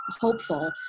hopeful